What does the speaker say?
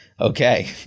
okay